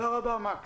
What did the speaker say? תודה רבה, מקס.